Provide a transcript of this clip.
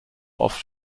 oft